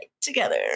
together